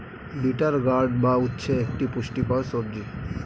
bitter gourd বা উচ্ছে একটি পুষ্টিকর সবজি